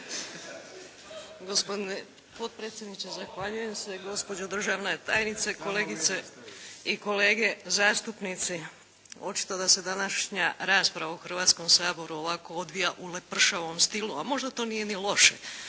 Gospodine potpredsjedniče, zahvaljujem se. Gospođo državna tajnice, kolegice i kolege zastupnici! Očito da se današnja rasprava u Hrvatskom saboru ovako odvija u lepršavom stilu, a možda to nije ni loše.